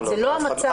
זה לא המצב.